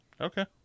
Okay